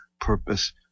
purpose